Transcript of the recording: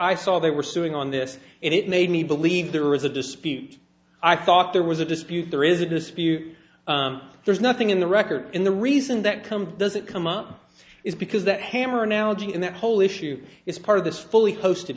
i saw they were suing on this and it made me believe there was a dispute i thought there was a dispute there is a dispute there's nothing in the record in the reason that come doesn't come up is because that hammer analogy and that whole issue is part of this fully hosted